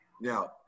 Now